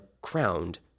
crowned